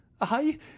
I